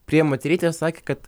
priėjo moterytė ir sakė kad